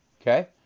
okay